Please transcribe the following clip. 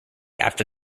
after